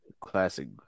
Classic